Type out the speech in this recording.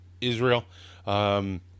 Israel